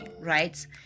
Right